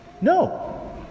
No